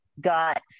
got